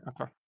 Okay